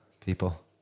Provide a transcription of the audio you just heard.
people